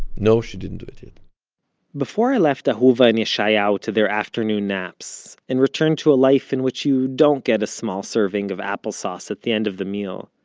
no, she didn't do it yet before i left ahuva and yeshayahu to their afternoon naps, and returned to a life in which you don't get a small serving of applesauce at the end of the meal,